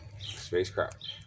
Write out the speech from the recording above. spacecraft